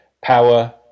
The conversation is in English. power